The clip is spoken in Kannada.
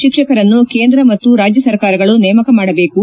ಶಿಕ್ಷಕರನ್ನು ಕೇಂದ್ರ ಮತ್ತು ರಾಜ್ಯ ಸರ್ಕಾರಗಳು ನೇಮಕ ಮಾಡಬೇಕು